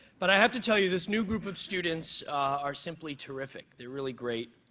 but i have to tell you this new group of students are simply terrific. they're really great.